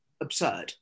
absurd